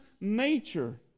nature